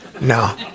No